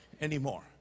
anymore